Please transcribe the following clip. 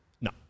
no